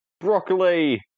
Broccoli